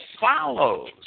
follows